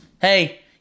hey